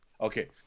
Okay